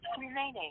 remaining